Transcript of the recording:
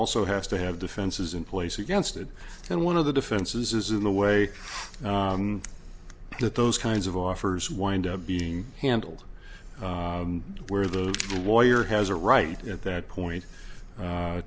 also has to have defenses in place against it and one of the defenses is in the way that those kinds of offers wind up being handled where the lawyer has a right at that point